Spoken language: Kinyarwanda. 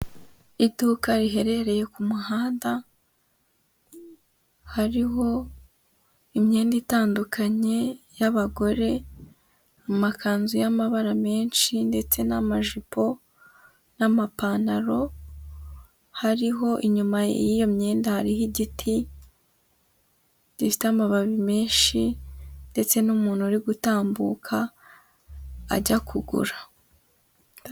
Iduka riherereye ku muhanda, hariho imyenda itandukanye y'abagore, amakanzu y'amabara menshi ndetse n'amajipo, n'amapantaro hariho inyuma y'iyo myenda hariho igiti gifite amababi menshi ndetse n'umuntu uri gutambuka ajya kugura.